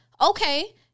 okay